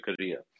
career